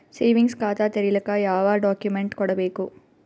Savings ಖಾತಾ ತೇರಿಲಿಕ ಯಾವ ಡಾಕ್ಯುಮೆಂಟ್ ಕೊಡಬೇಕು?